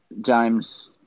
James